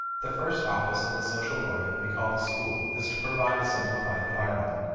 the first office of the social organ we call the school is to provide a simplified environment.